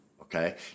Okay